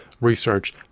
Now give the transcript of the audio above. research